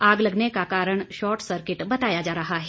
आग लगने का कारण शॉर्ट सर्किट बताया जा रहा है